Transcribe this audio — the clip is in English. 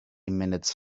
minutes